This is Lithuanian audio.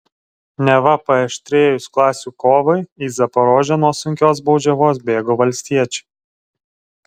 neva paaštrėjus klasių kovai į zaporožę nuo sunkios baudžiavos bėgo valstiečiai